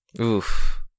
Oof